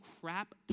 crap